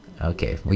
Okay